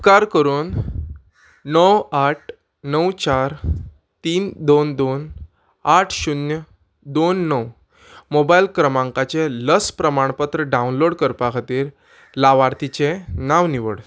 उपकार करून णव आठ णव चार तीन दोन दोन आठ शुन्य दोन णव मोबायल क्रमांकाचे लस प्रमाणपत्र डावनलोड करपा खातीर लावार्थीचें नांव निवड